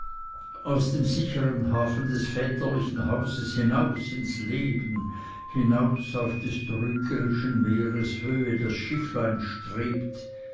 aus dem sichern hafen des väterlichen hauses hinaus ins leben hinaus auf des trügerischen meeres höhe das schifflein strebt